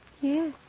Yes